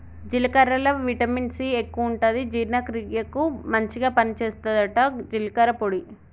జీలకర్రల vitamin C ఎక్కువుంటది జీర్ణ క్రియకు మంచిగ పని చేస్తదట జీలకర్ర పొడి